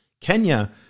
Kenya